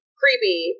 creepy